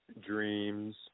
dreams